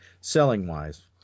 selling-wise